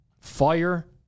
fire